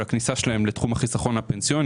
של הכניסה שלהם לתחום החיסכון הפנסיוני,